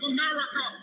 America